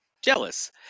jealous